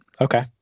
okay